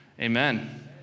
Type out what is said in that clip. amen